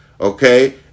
okay